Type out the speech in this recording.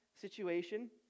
situation